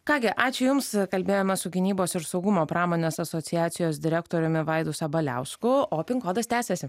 ką gi ačiū jums kalbėjome su gynybos ir saugumo pramonės asociacijos direktoriumi vaidu sabaliausku o pin kodas tęsiasi